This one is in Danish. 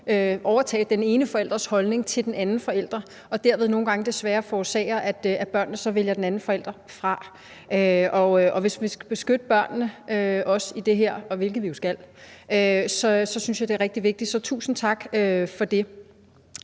overtage den ene forælders holdning til den anden forælder, og derved nogle gange desværre forårsager, at børnene så vælger den anden forælder fra. Hvis vi skal beskytte børnene, også i det her, hvilket vi jo skal, så synes jeg, det er rigtig vigtigt, så tusind tak for det.